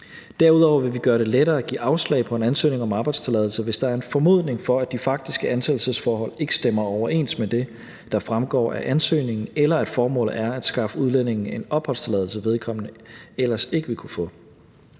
Derudover vil vi gøre det lettere at give afslag på en ansøgning om arbejdstilladelse, hvis der er en formodning om, at de faktiske ansættelsesforhold ikke stemmer overens med det, der fremgår af ansøgningen, eller at formålet er at skaffe udlændingen en opholdstilladelse, vedkommende ellers ikke ville kunne få.